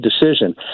decision